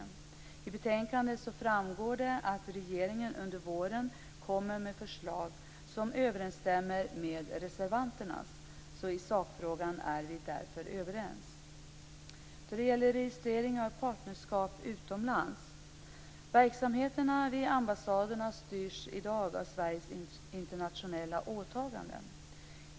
Av betänkandet framgår att regeringen under våren kommer med förslag som överensstämmer med reservanternas. I sakfrågan är vi därmed överens. Vad avser registrering av partnerskap styrs i dag verksamheterna vid ambassaderna av Sveriges internationella åtaganden.